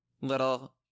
little